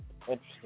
Interesting